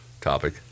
topic